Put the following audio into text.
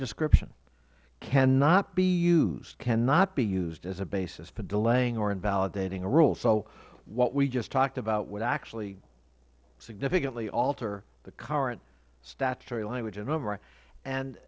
description cannot be used cannot be used as a basis for delaying or invalidating a rule so what we just talked about would actually significantly alter the current statutory language